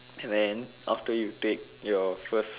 and then after you take your first